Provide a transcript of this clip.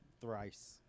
Thrice